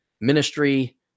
Ministry